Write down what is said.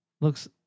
Looks